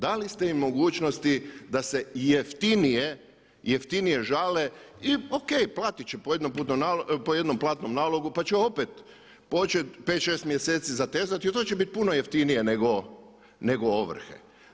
Da li ste im mogućnosti da se jeftinije žale, i ok platit će po jednom platnom nalogu pa će opet počet 5, 6 mjeseci zatezat i to će bit puno jeftinije nego ovrhe.